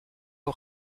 aux